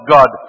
God